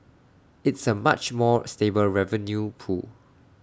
it's A much more stable revenue pool